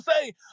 say